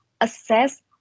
assess